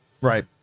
Right